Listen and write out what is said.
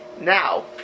Now